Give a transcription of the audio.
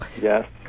Yes